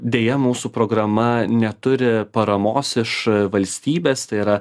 deja mūsų programa neturi paramos iš valstybės tai yra